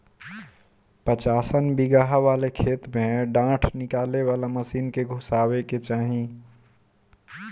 पचासन बिगहा वाले खेत में डाँठ निकाले वाला मशीन के घुसावे के चाही